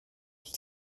ich